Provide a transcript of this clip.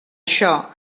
això